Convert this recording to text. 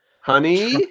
honey